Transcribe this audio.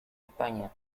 españa